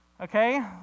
Okay